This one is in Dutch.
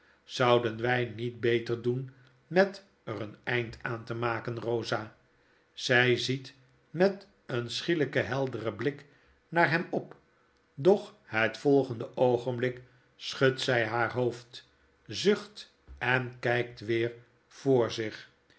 zouden wij niet beter doen met er een eind aan te maken rosa zy ziet met een schielyken helderen blik naar hem op j doch het volgende oogenblik schudt zg haar hoofd zucht en kijkt weer voor zich